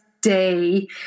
day